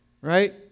right